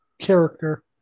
character